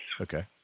Okay